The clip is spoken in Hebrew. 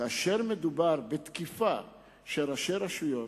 כאשר מדובר בתקיפה של ראשי רשויות,